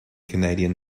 canadian